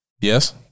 yes